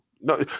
No